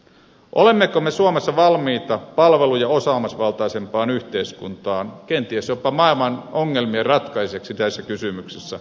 olemmeko me suomessa valmiita palvelu ja osaamisvaltaisempaan yhteiskuntaan kenties jopa maailman ongelmien ratkaisijaksi tässä kysymyksessä